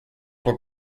were